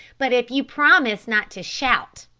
but if you promise not to shout,